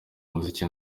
umuziki